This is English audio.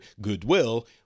goodwill